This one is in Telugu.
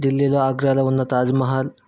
ఢీల్లీలో ఆగ్రాలో ఉన్న తాజ్మహల్